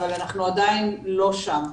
אבל אנחנו עדיין לא שם.